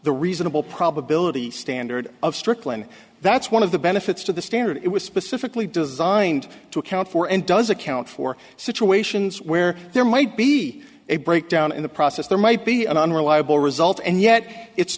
the reasonable probability standard of strickland that's one of the benefits to the standard it was specifically designed to account for and does account for situations where there might be a breakdown in the process there might be an unreliable result and yet it's